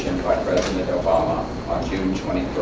by president obama on june twenty